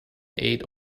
aid